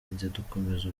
dukomeza